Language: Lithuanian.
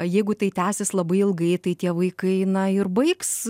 jeigu tai tęsis labai ilgai tai tie vaikai na ir baigs